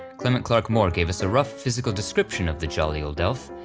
clement clarke moore gave us a rough physical description of the jolly old elf,